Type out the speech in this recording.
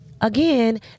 again